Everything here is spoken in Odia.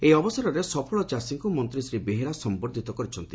ଏହି ଅବସରରେ ସଫଳ ଚାଷୀଙ୍କୁ ମନ୍ତୀ ଶ୍ରୀ ବେହେରା ସମ୍ମର୍ବ୍ଧିତ କରିଛନ୍ତି